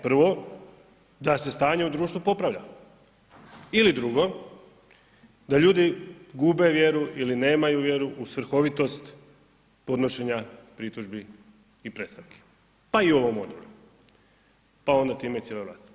Prvo, da se stanje u društvu popravlja ili drugo, da ljudi gube vjeru ili nemaju vjeru u svrhovitost podnošenja pritužbi i predstavki, pa i ovom odboru, pa onda time i cijela vlast.